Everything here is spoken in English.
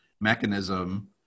mechanism